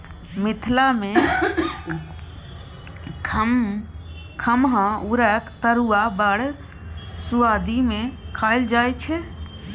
मिथिला मे खमहाउरक तरुआ बड़ सुआदि केँ खाएल जाइ छै